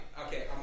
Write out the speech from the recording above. Okay